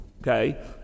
okay